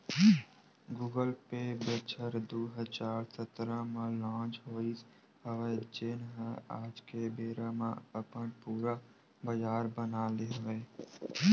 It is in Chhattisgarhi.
गुगल पे बछर दू हजार सतरा म लांच होइस हवय जेन ह आज के बेरा म अपन पुरा बजार बना ले हवय